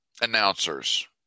announcers